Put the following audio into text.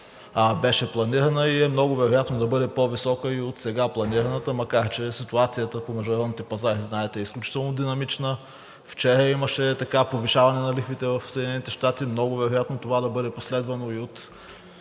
беше планирана, и е много вероятно да бъде по-висока и от сега планираната, макар че ситуацията по международните пазари, знаете, е изключително динамична. Вчера имаше повишаване на лихвите в Съединените щати. Много е вероятно това да бъде последвано и от